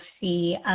see